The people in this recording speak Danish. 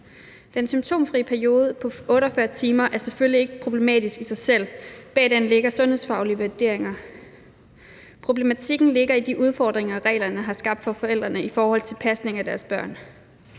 Den symptomfri periode på 48 timer er selvfølgelig ikke problematisk i sig selv, for bag den ligger sundhedsfaglige vurderinger. Problematikken ligger i de udfordringer, reglerne har skabt for forældrene i forhold til pasning af deres børn.